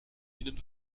innen